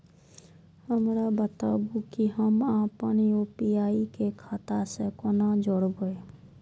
हमरा बताबु की हम आपन यू.पी.आई के खाता से कोना जोरबै?